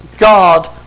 God